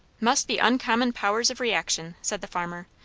must be uncommon powers of reaction, said the farmer.